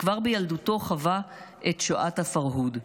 וכבר בילדותו חווה את שואת הפרהוד,